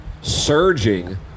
surging